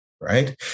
Right